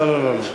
לא, לא.